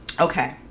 Okay